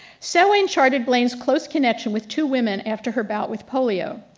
so sawin charted blaine's close connection with two women after her bout with polio.